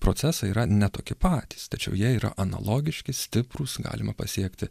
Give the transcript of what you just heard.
procesai yra ne tokie patys tačiau jie yra analogiški stiprūs galima pasiekti